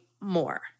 more